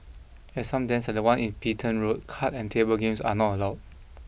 at some dens at the one in Petain Road card and table games are not allowed